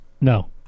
No